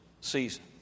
season